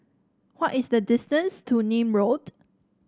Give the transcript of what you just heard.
what is the distance to Nim Road